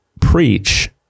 preach